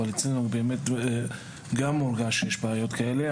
אבל אצלנו באמת גם מורגש שיש בעיות כאלה.